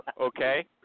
Okay